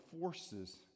forces